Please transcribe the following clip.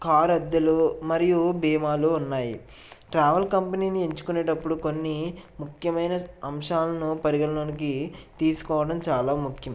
car అద్దెలు మరియు బిమాలు ఉన్నాయి ట్రావెల్ కంపెనీని ఎంచుకునేటప్పుడు కొన్ని ముఖ్యమైన అంశాలను పరిగణలోనికి తీసుకోవడం చాలా ముఖ్యం